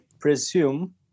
presume